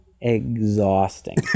exhausting